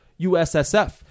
USSF